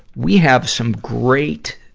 we have some great